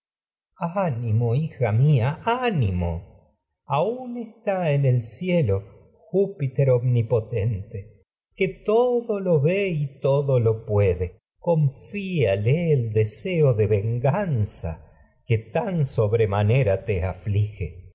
hija mía ánimo aun está que el cie júpiter omnipotente el deseo de todo lo que a ve y todo lo puede confíale venganza tan sobremanera te aflige